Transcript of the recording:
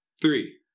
three